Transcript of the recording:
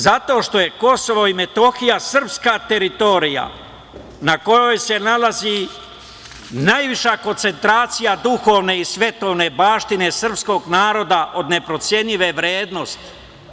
Zato što je KiM srpska teritorija na kojoj se nalazi najviša koncentracija duhovne i svetovne baštine srpskog naroda od neprocenjive vrednosti.